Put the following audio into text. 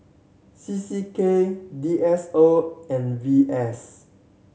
C C K D S O and V S